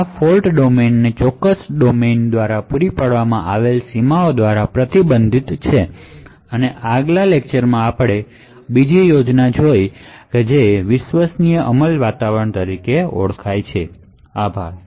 આ fault domain તે fault domain દ્વારા પૂરી પાડવામાં આવેલ સીમાઓ દ્વારા પ્રતિબંધિત છે આગળના વ્યાખ્યાનમાં આપણે બીજી યોજના જોઈએ જે ટૃસ્ટેડ એક્જીક્યૂસન એનવાયરમેંટ તરીકે ઓળખાય છે આભાર